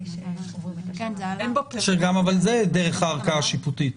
ש --- אבל גם זה דרך הערכאה השיפוטית.